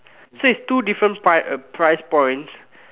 so it's two different price uh price points